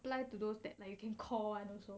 apply to those that like you can call [one] also